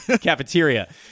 cafeteria